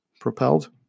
propelled